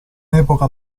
epoca